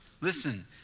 listen